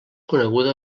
coneguda